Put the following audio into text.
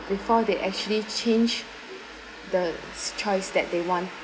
before they actually change the s~ choice that they want